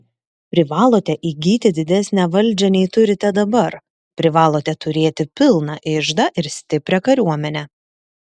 privalote įgyti didesnę valdžią nei turite dabar privalote turėti pilną iždą ir stiprią kariuomenę